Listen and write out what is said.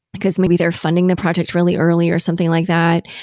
because maybe they're funding the project really early or something like that,